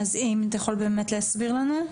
אז אם אתה יכול באמת להסביר לנו.